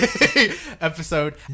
episode